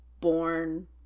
born